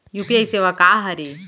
UPI सेवा का हरे?